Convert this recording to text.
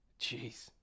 Jeez